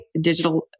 digital